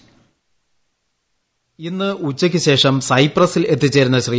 voice ഇന്ന് ഉച്ചയ്ക്ക് ശേഷം സൈപ്രസിൽ എത്തിച്ചേരുന്ന ശ്രീ